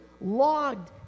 logged